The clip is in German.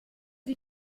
die